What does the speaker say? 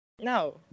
No